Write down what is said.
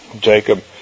Jacob